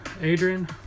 Adrian